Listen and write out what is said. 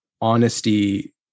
honesty